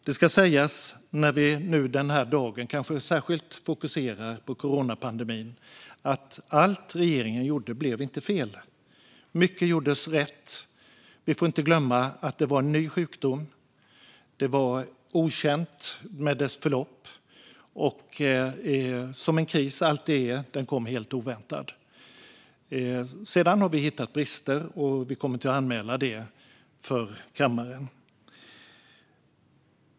Det ska sägas, när vi nu den här dagen kanske särskilt fokuserar på coronapandemin, att inte allt regeringen gjorde blev fel. Mycket gjordes rätt. Vi får inte glömma att det var en ny sjukdom vars förlopp var okänt. Som en kris alltid gör kom den helt oväntat. Sedan har vi hittat brister som vi kommer att anmäla för kammaren.